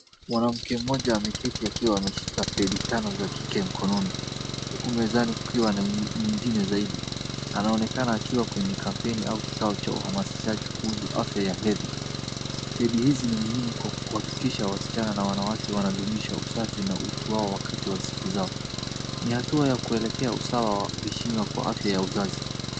Mwanamke mmoja ameketi akiwa ameshika pedi tano za kike mkononi. Huku mezani kukiwa na nyingine zaidi. Anaonekana akiwa kwenye kampeni au kikao cha uhamasishaji kuhusu afya ya hedhi. Hedi hizi ni muhimu kwa kuhakikisha wasichana na wanawake wanadumisha usafi na utu wao wakati wa siku zao. Ni hatua ya kuelekea usawa wa heshima kwa afya ya uzazi.